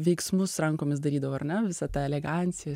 veiksmus rankomis darydavau ar ne visą tą eleganciją